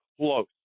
close